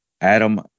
Adam